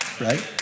right